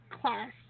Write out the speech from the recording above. class